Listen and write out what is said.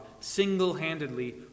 single-handedly